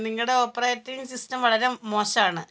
നിങ്ങളുടെ operating system വളരെ മോശമാണ്